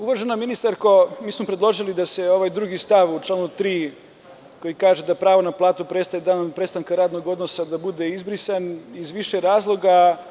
Uvažena ministarko, mi smo predložili da ovaj drugi stav u članu 3. koji kaže da pravo na platu prestaje danom prestanka radnog odnosa bude izbrisan iz više razloga.